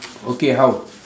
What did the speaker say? okay how